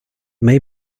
may